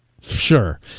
Sure